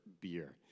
beer